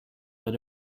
but